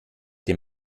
dem